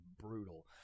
brutal